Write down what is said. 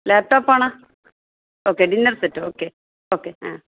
ലാപ്ട്ടോപ്പാണോ okay dinner set okay okay ആ